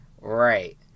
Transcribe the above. Right